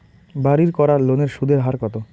বাড়ির করার লোনের সুদের হার কত?